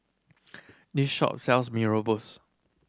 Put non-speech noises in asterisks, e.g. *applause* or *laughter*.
this shop sells mee *unintelligible*